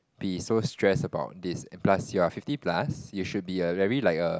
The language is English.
be so stressed about this and plus you're fifty plus you should be a very like a